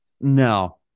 No